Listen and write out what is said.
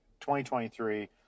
2023